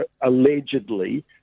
allegedly